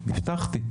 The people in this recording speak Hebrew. הבטחתי.